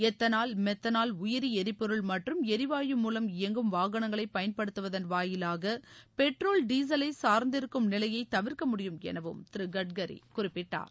ethanol மெத்தனால் உயிரி எரிபொருள் மற்றும் ளரிவாயு மூலம் இயங்கும் வாகனங்களை பயன்படுத்துவதன் வாயிலாக பெட்ரோல் டீசலை சார்ந்திருக்கும் நிலையை தவிர்க்க முடியும் எனவும் திரு கட்கரி குறிப்பிட்டார்